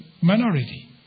minority